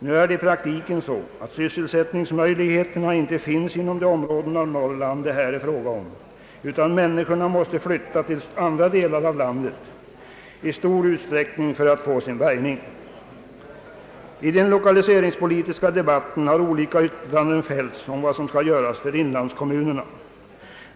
Nu är det i praktiken så, att sysselsättningsmöjligheter inte finns inom de områden av Norrland det här är fråga om, utan människorna måste i stor utsträckning flytta till andra delar av landet för att få sin bärgning. I den lokaliseringspolitiska debatten har olika yttranden fällts om vad som kan göras för inlandskommunerna.